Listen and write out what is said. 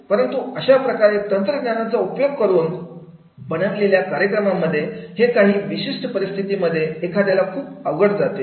परंतु अशा प्रकारचे तंत्रज्ञानाचा उपयोग करून बनवलेल्या कार्यक्रमांमध्ये हे काही विशिष्ट परिस्थितीमध्ये एखाद्याला खुप अवघड जाते